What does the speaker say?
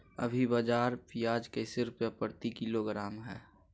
अभी बाजार प्याज कैसे रुपए प्रति किलोग्राम है?